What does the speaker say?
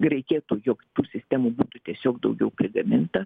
reikėtų jog tų sistemų būtų tiesiog daugiau prigaminta